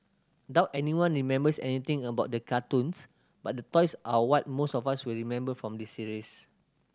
doubt anyone remembers anything about the cartoons but the toys are what most of us will remember from this series